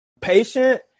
patient